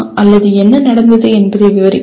அல்லது என்ன நடந்தது என்பதை விவரிக்கவும்